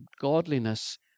godliness